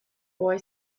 boy